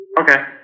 Okay